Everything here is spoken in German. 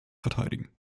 verteidigen